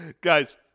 Guys